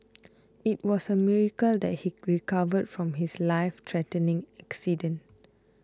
it was a miracle that he recovered from his life threatening accident